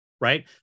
right